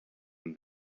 and